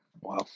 Wow